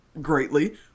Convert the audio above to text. greatly